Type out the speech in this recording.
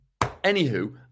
Anywho